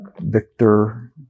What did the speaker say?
Victor